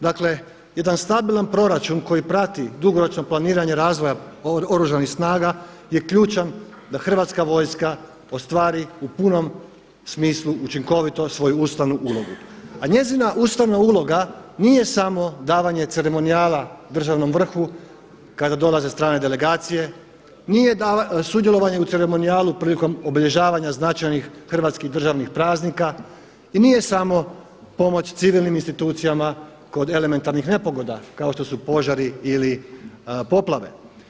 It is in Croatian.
Dakle jedan stabilan proračun koji prati dugoročno planiranje razvoja Oružanih snaga je ključan da hrvatska vojska ostvari u punom smislu učinkovito svoju ustavnu ulogu, a njezina ustavna uloga nije samo davanje ceremonijala državnom vrhu kada dolaze strane delegacije, nije sudjelovanje u ceremonijalu prilikom obilježavanja značajnih hrvatskih državnih praznika i nije samo pomoć civilnim institucijama kod elementarnih nepogoda kao što su požari ili poplave.